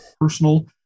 personal